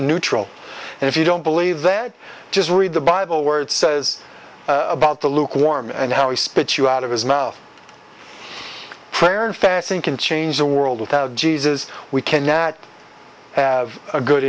neutral and if you don't believe that just read the bible where it says about the lukewarm and how he spit you out of his mouth prayer and fasting can change the world without jesus we cannot have a good